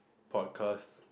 podcast